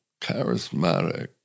charismatic